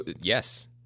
yes